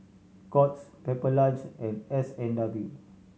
Courts Pepper Lunch and S and W